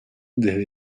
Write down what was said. desde